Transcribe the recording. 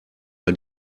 bei